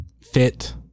fit